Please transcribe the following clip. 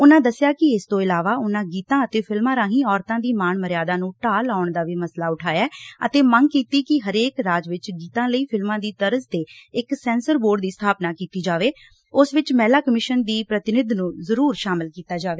ਉਨਾਂ ਦੱਸਿਆ ਕਿ ਇਸ ਤੋਂ ਇਲਾਵਾ ਉਨਾਂ ਗੀਤਾਂ ਅਤੇ ਫਿਲਮਾਂ ਰਾਹੀ ਔਰਤਾਂ ਦੀ ਮਾਣ ਮਰਿਆਦਾ ਨੂੰ ਢਾਹ ਲਾਉਣ ਦਾ ਵੀ ਮਸਲਾ ਉਂਠਾਇਆ ਅਤੇ ਮੰਗ ਕੀਤੀ ਕਿ ਹਰੇਕ ਰਾਜ ਵਿਚ ਗੀਤਾਂ ਲਈ ਫਿਲਮਾਂ ਦੀ ਤਰਜ਼ ਤੇ ਇਕ ਸੈਂਸਰ ਬੋਰਡ ਦੀ ਸਬਾਪਨਾ ਕੀਤੀ ਜਾਵੇ ਅਤੇ ਉਸ ਵਿਚ ਮਹਿਲਾ ਕਮਿਸ਼ਨ ਦੀ ਪ੍ਰਤੀਨਿਧ ਨੂੰ ਜ਼ਰੁਰ ਸ਼ਾਮਲ ਕੀਤਾ ਜਾਵੇ